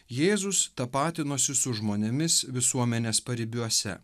jėzus tapatinosi su žmonėmis visuomenės paribiuose